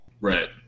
Right